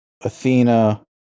Athena